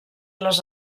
les